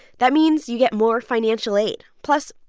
that means you get more financial aid. plus,